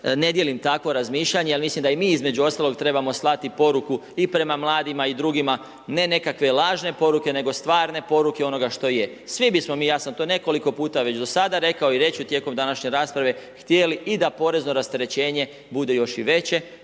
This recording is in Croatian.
ne dijelim takvo razmišljanje ali mislim da i mi između ostalog trebamo slati poruku i prema mladima i drugima, ne nekakve lažne poruke, nego stvarne poruke onoga što je. Svi bismo mi, ja sam to nekoliko puta već do sada rekao i reći ću tijekom današnje rasprave, htjeli i da porezno rasterećenje bude još i veće.